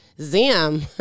Zim